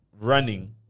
running